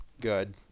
good